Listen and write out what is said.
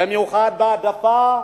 במיוחד בהעדפה,